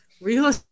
real